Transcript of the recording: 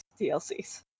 DLCs